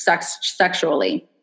sexually